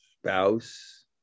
spouse